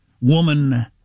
woman